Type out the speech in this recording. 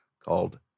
called